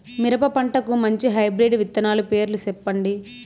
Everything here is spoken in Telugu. మిరప పంటకు మంచి హైబ్రిడ్ విత్తనాలు పేర్లు సెప్పండి?